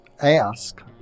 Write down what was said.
ask